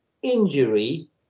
injury